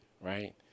right